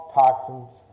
toxins